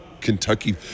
Kentucky